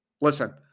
listen